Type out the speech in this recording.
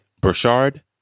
Burchard